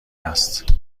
است